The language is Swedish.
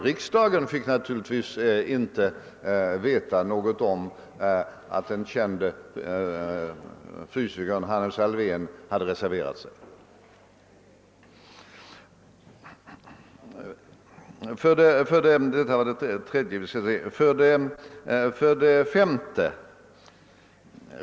Riksdagen fick naturligtvis inte veta något om att den kände fysikern Hannes Alfvén hade reserverat sig. 5.